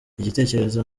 igitekerezo